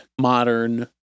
modern